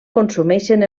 consumeixen